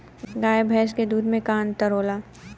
गाय भैंस के दूध में का अन्तर होला?